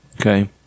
Okay